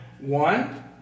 One